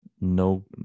no